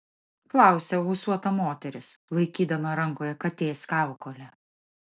klausia ūsuota moteris laikydama rankoje katės kaukolę